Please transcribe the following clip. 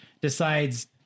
decides